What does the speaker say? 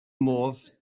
modd